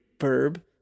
verb